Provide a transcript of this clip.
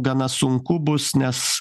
gana sunku bus nes